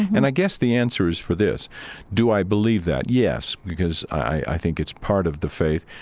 and i guess the answer is for this do i believe that? yes, because i think it's part of the faith.